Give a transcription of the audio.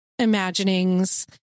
imaginings